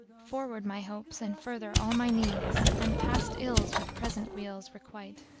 forward my hopes, and further all my needs, and passed ills with present weals requite.